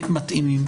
מתאימים.